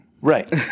Right